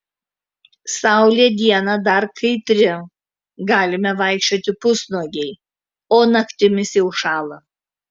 saulė dieną dar kaitri galime vaikščioti pusnuogiai o naktimis jau šąla